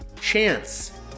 Chance